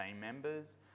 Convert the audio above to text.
members